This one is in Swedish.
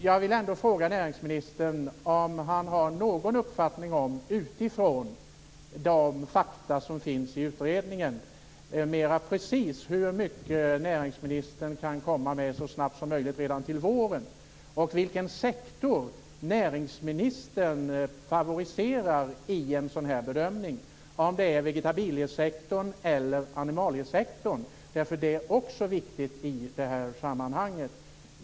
Jag vill fråga näringsministern om han utifrån de fakta som finns i utredningen har någon mer precis uppfattning om hur mycket han kan komma med så snabbt som möjligt, dvs. redan till våren. Vilken sektor favoriserar näringsministern i en sådan här bedömning? Är det vegetabiliesektorn eller animaliesektorn? Det är också viktigt i det här sammanhanget.